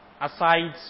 aside